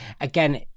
Again